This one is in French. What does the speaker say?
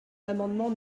l’amendement